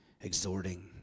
exhorting